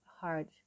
hard